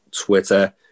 twitter